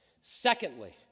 Secondly